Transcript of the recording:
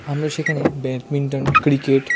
আমরা সেখানে badminton cricket